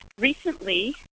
recently